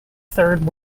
third